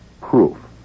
proof